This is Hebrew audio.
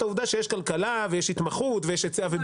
העובדה שיש כלכלה ויש התמחות ויש היצע וביקוש